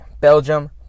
Belgium